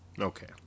Okay